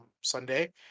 Sunday